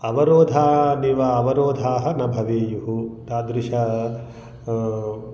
अवरोधा निव अवरोधाः न भवेयुः तादृशं